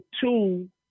two